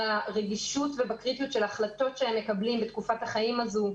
ברגישות ובקריטיות של ההחלטות שהם מקבלים בתקופת החיים הזו.